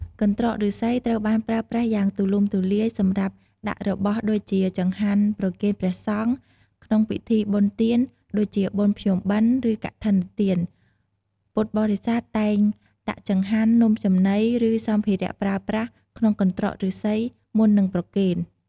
កន្ត្រកឫស្សីត្រូវបានប្រើប្រាស់យ៉ាងទូលំទូលាយសម្រាប់ដាក់របស់ដូចជា ចង្ហាន់ប្រគេនព្រះសង្ឃ ក្នុងពិធីបុណ្យទាន ដូចជាបុណ្យភ្ជុំបិណ្ឌ ឬកឋិនទាន ពុទ្ធបរិស័ទតែងដាក់ចង្ហាន់ នំចំណី ឬសម្ភារៈប្រើប្រាស់ក្នុងកន្ត្រកឫស្សីមុននឹងប្រគេន។